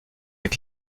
avec